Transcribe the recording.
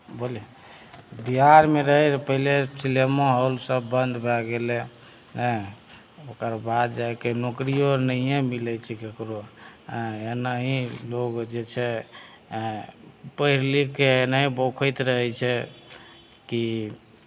बिहारमे रहत रहय पहिले सिनेमा हॉलसभ बन्द भए गेलै ओकर बाद जाय कऽ नौकरियो नहिए मिलै छै ककरो एनाही लोक जे छै पढ़ि लिखि कऽ एना ही बोकैत रहै छै की